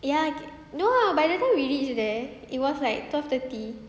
ya no ah by the time we reach there it was like twelve thirty